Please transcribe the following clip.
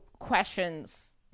questions